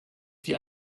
wir